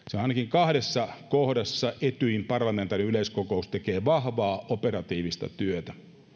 kahdessa kohdassa etyjin parlamentaarinen yleiskokous tekee vahvaa operatiivista työtä yksi ulottuvuus on